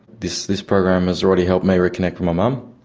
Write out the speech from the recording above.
this this program has already helped me reconnect with my mum.